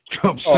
Trump